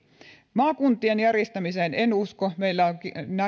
maakuntien järjestämiseen en usko meillä on